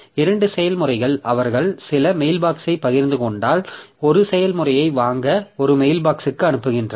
இரண்டு செயல்முறைகள் அவர்கள் சில மெயில்பாக்ஸ்யைப் பகிர்ந்து கொண்டால் ஒரு செயல்முறையை வாங்க ஒரு மெயில்பாக்ஸ்க்கு அனுப்புகின்றன